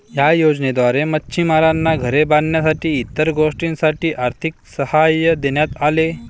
या योजनेद्वारे मच्छिमारांना घरे बांधण्यासाठी इतर गोष्टींसाठी आर्थिक सहाय्य देण्यात आले